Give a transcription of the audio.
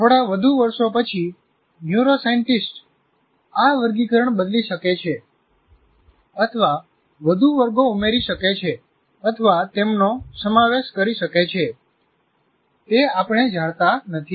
થોડા વધુ વર્ષો પછી ન્યુરોસાયન્ટિસ્ટ્સ આ વર્ગીકરણ બદલી શકે છે અથવા વધુ વર્ગો ઉમેરી શકે છે અથવા તેમનો સમાવેશ કરી શકે છે તે આપણે જાણતા નથી